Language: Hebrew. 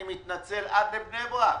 אני מתנצל עד לבני ברק.